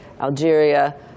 algeria